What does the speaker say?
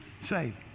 saved